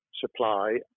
supply